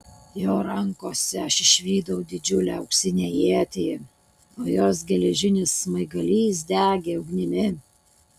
jo rankose aš išvydau didžiulę auksinę ietį o jos geležinis smaigalys degė ugnimi